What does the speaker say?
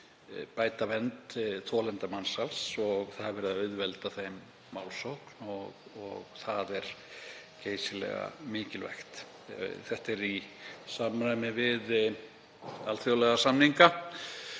bæta vernd þolenda mansals og verið er að auðvelda þeim málssókn. Það er geysilega mikilvægt. Þetta er í samræmi við alþjóðlega samninga